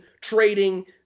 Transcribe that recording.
trading